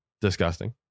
Disgusting